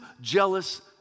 jealous